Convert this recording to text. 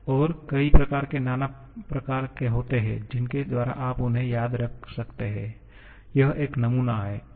और कई प्रकार के नाना प्रकार के होते हैं जिनके द्वारा आप उन्हें याद रख सकते हैं यह एक नमूना है